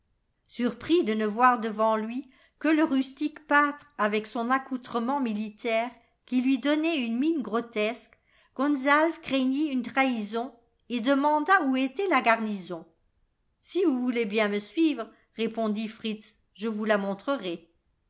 surpris de ne voir devant lui que le rustique pâtre avec son accoutrement militaire qui lui donnait une mine grotesque gonzalve craignit une trahison et demanda où était la garnison si vous voulez bien me suivre répondit fritz je vous la montrerai